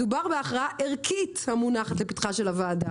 מדובר בהכרעה ערכית המונחת לפתחה של הוועדה